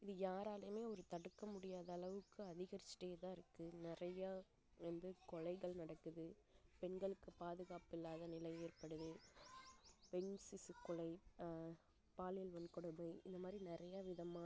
இது யாராலேயுமே ஒரு தடுக்க முடியாதளவுக்கு அதிகரிச்சிகிட்டேதான் இருக்கு நிறையா வந்து கொலைகள் நடக்குது பெண்களுக்கு பாதுகாப்பில்லாத நிலை ஏற்படுது பெண் சிசு கொலை பாலியல் வன்கொடுமை இந்த மாதிரி நிறைய விதமான